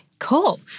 Cool